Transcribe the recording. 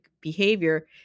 behavior